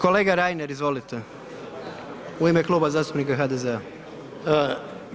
Kolega Reiner, izvolite u ime Kluba zastupnika HDZ-a.